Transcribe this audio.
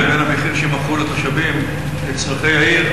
לבין המחיר שבו מכרו לתושבים לצורכי העיר,